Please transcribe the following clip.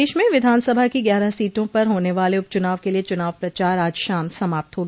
प्रदेश में विधान सभा की ग्यारह सीटों पर होने वाले उपचुनाव के लिए चुनाव प्रचार आज शाम समाप्त हो गया